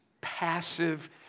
passive